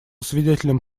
свидетелем